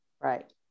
Right